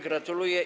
Gratuluję.